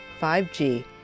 5G